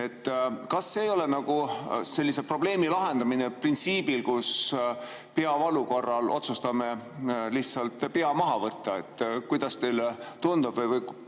Kas see ei ole nagu sellise probleemi lahendamine printsiibil, kus peavalu korral otsustame lihtsalt pea maha võtta? Kuidas teile tundub? Mis